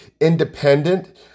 independent